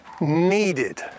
needed